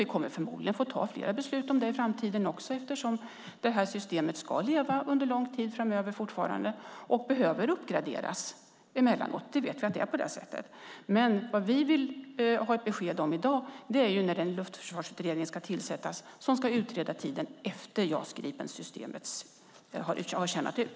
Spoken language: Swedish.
Vi kommer förmodligen att fatta fler beslut i framtiden eftersom systemet ska leva under lång tid framöver och behöver uppgraderas emellanåt. Vi vet att det är så. Men i dag vill vi ha besked om när en luftförsvarsutredning ska tillsättas som ska utreda tiden efter det att JAS Gripen-systemet har tjänat ut.